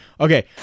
okay